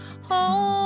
home